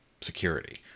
security